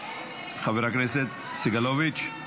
בבקשה, שלוש דקות.